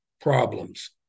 problems